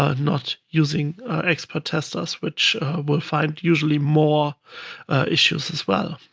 ah not using expert testers, which will find usually more issues as well.